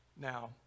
Now